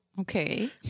Okay